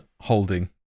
holding